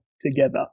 together